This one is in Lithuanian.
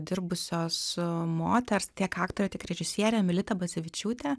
dirbusios moters tiek aktorė režisierė milita bacevičiūtė